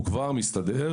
הוא כבר מסתדר,